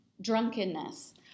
Drunkenness